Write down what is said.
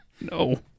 No